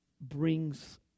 Brings